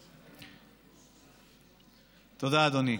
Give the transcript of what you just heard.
תודה, אדוני.